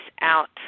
out